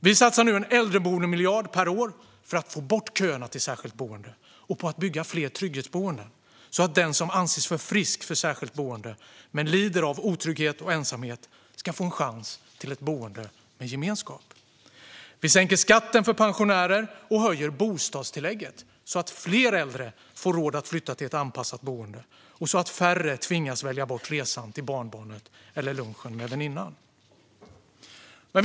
Vi satsar nu en äldreboendemiljard per år för att få bort köerna till särskilt boende och på att bygga fler trygghetsboenden så att den som anses för frisk för särskilt boende men som lider av otrygghet och ensamhet ska få en chans till ett boende med gemenskap. Vi sänker skatten för pensionärer och höjer bostadstillägget så att fler äldre får råd att flytta till ett anpassat boende och så att färre tvingas välja bort resan till barnbarnet eller lunchen med väninnan.